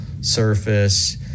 surface